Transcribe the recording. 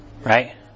Right